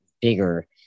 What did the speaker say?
bigger